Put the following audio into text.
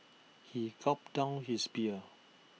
he gulped down his beer